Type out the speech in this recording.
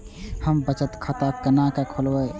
हम बचत खाता केना खोलैब?